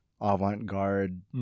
avant-garde